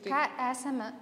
ką esame